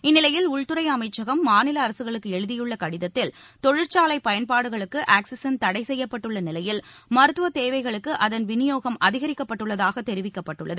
இந்நிலையில் உள்துறை அமைச்சகம் மாநில அரசுகளுக்கு எழுதியுள்ள கடிதத்தில் தொழிற்சாலை பயன்பாடுகளுக்கு ஆக்ஸிஜன் தடை செய்யப்பட்டுள்ள நிவையில் மருத்துவ தேவைகளுக்கு அதன் விநியோகம் அதிகரிக்கப்பட்டுள்ளதாக தெரிவிக்கப்பட்டுள்ளது